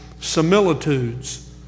similitudes